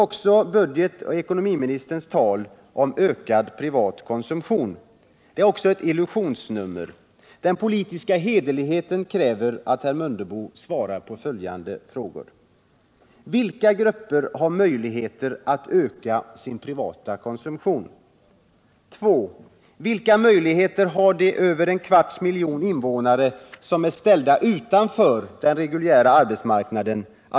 Också budgetoch ekonomiministerns tal om ökad privat konsumtion är ett illusionsnummer. Den politiska hederligheten kräver att herr Mundebo svarar på följande frågor: 1. Vilka grupper har möjligheter att öka sin privata konsumtion? 2. Vilka möjligheter att höja sin privata konsumtion har de över en kvarts miljon invånare som är ställda utanför den reguljära arbetsmarknaden?